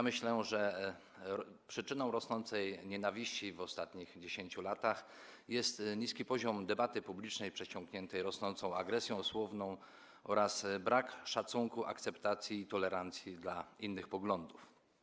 Myślę, że przyczyną wzrostu nienawiści w ostatnich 10 latach jest niski poziom debaty publicznej, przesiąkniętej rosnącą agresją słowną, oraz brak szacunku, akceptacji i tolerancji dla innych poglądów.